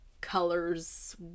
colors